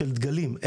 של דגלים.